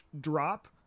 drop